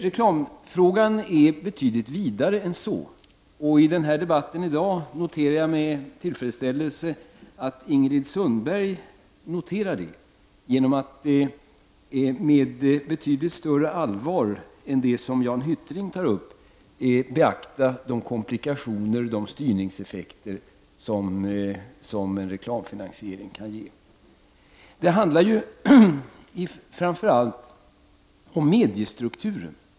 Reklamfrågan är betydligt vidare än så, och i debatten i dag konstaterar jag med tillfredsställelse att Ingrid Sundberg noterar det genom att med betydligt större allvar än Jan Hyttring beakta de komplikationer och de styrningseffekter som en reklamfinansiering kan ge. Det handlar framför allt om mediestrukturen.